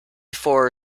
for